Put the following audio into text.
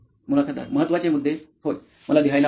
मुलाखतदार महत्वाचे मुद्दे होय मला लिहायला आवडेल